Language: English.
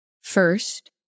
First